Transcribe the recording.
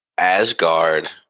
Asgard